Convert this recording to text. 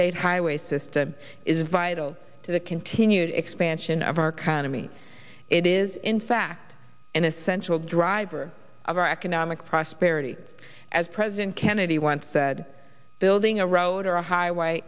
date highway system is vital to the continued expansion of our kind of meets it is in fact an essential driver of our economic prosperity as president kennedy once said building a road or a highway